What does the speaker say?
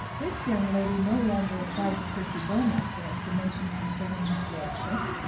this young lady no longer applied to percy beaumont for information concerning his lordship.